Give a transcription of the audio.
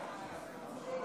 תודה רבה.